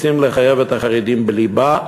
רוצים לחייב את החרדים בליבה,